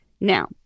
Now